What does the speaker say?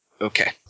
Okay